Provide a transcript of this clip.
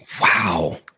Wow